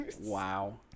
Wow